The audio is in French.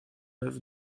neuf